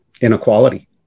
inequality